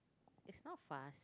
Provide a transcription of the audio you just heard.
it's not fast